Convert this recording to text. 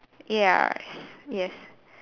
yes yes